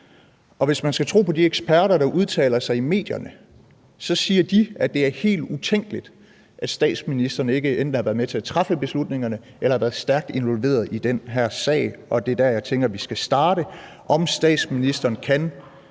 Og hvis man skal tro på de eksperter, der udtaler sig i medierne, siger de, at det er helt utænkeligt, at statsministeren ikke enten har været med til at træffe beslutningerne eller har været stærkt involveret i den her sag. Og det er dér, jeg tænker vi skal starte. Kan statsministeren klart